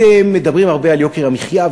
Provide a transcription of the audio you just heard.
אתם מדברים הרבה על יוקר המחיה,